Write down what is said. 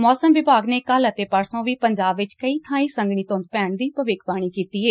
ਮੌਸਮ ਵਿਭਾਗ ਨੇ ਕੱਲ ਅਤੇ ਪਰਸੋਂ ਵੀ ਪੰਜਾਬ ਵਿਚ ਕਈ ਥਾਈਂ ਸੰਘਣੀ ਧੁੰਦ ਪੈਣ ਦੀ ਭਵਿੱਖਵਾਣੀ ਕੀਤੀ ਏ